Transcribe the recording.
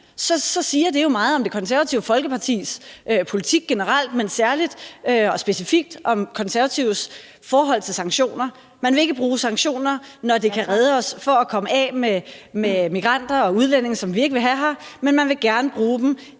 så siger det jo meget om Det Konservative Folkepartis politik generelt, men særligt og specifikt noget om Konservatives forhold til sanktioner. Man vil ikke bruge sanktioner, når de kan redde os, så vi kan komme af med migranter og udlændinge, som vi ikke vil have her, men man vil gerne bruge dem